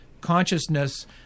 consciousness